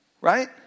Right